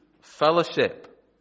fellowship